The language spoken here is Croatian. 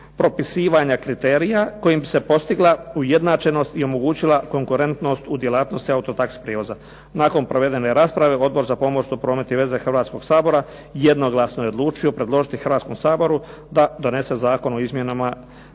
propisivanja kriterija kojim bi se postigla ujednačenost i omogućila konkurentnost u djelatnosti auto taxi prijevoza. Nakon provedene rasprave Odbor za pomorstvo, promet i veze Hrvatskoga sabora jednoglasno je odlučio predložiti Hrvatskom saboru da donese Zakon o izmjenama